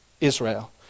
Israel